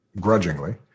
grudgingly